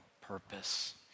purpose